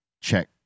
check